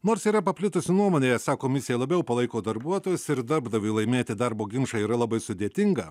nors yra paplitusi nuomonė esą komisija labiau palaiko darbuotojus ir darbdaviui laimėti darbo ginčą yra labai sudėtinga